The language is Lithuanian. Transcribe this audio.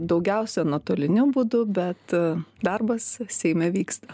daugiausia nuotoliniu būdu bet darbas seime vyksta